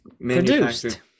produced